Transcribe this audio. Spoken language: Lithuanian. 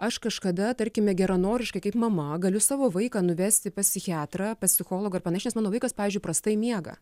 aš kažkada tarkime geranoriškai kaip mama galiu savo vaiką nuvesti pas psichiatrą pas psichologą ar panašias mano vaikas pavyzdžiui prastai miega